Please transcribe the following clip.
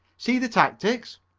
see the tactics.